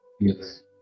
yes